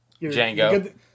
Django